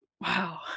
Wow